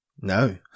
No